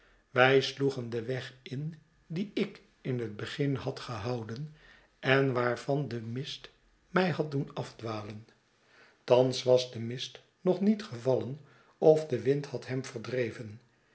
wij sloegen den weg in dien ik in het begin had gehouden en waar van de mist mij had doen afdwalen thans was de mist nog niet gevallen of de wind had hem verdreven